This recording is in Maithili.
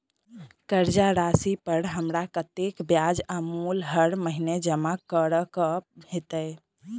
कर्जा राशि पर हमरा कत्तेक ब्याज आ मूल हर महीने जमा करऽ कऽ हेतै?